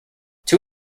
two